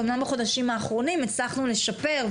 אמנם בחודשים האחרונים הצלחנו לשפר,